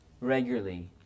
regularly